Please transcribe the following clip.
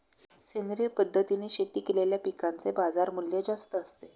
सेंद्रिय पद्धतीने शेती केलेल्या पिकांचे बाजारमूल्य जास्त असते